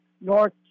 north